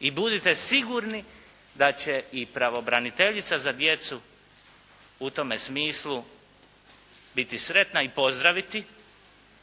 I budite sigurni da će i pravobraniteljica za djecu u tome smislu biti sretna i pozdraviti,